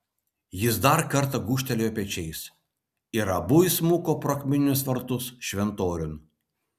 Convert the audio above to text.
jis dar kartą gūžtelėjo pečiais ir abu įsmuko pro akmeninius vartus šventoriun